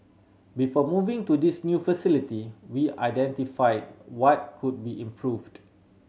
before moving to this new facility we identify what could be improved